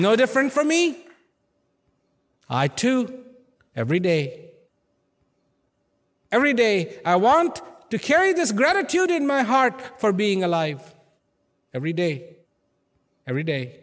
no different from me i too every day every day i want to carry this gratitude in my heart for being alive every day every day